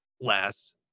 less